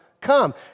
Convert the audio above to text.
come